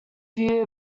view